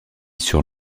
sur